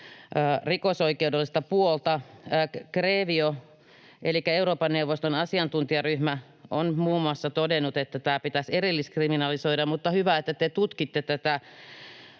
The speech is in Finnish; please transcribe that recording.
rikosoikeudellista puolta. GREVIO, elikkä Euroopan neuvoston asiantuntijaryhmä, on muun muassa todennut, että tämä pitäisi erilliskriminalisoida, mutta hyvä, että te tutkitte tätä,